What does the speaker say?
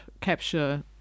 capture